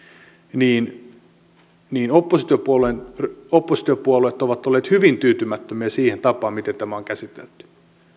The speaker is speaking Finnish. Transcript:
niin niin oppositiopuolueet ovat olleet hyvin tyytymättömiä siihen tapaan miten tämä on käsitelty